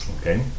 Okay